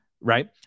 right